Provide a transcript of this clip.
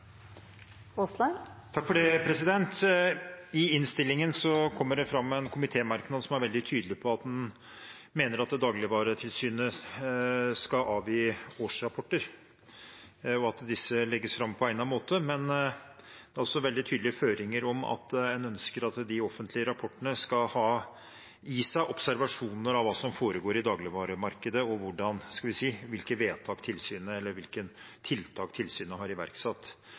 veldig tydelig på at en mener at Dagligvaretilsynet skal avgi årsrapporter, og at disse legges fram på egnet måte. Det er også veldig tydelige føringer om at en ønsker at de offentlige rapportene skal ha i seg observasjoner av hva som foregår i dagligvaremarkedet, og